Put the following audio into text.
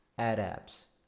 add apps,